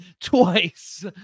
twice